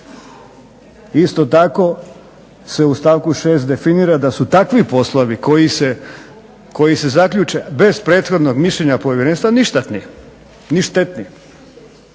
Isto tako se u stavku 6. definira da su takvi poslovi koji se zaključe bez prethodnog mišljenja povjerenstva ništatni, ni štetni.